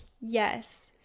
Yes